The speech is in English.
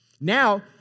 Now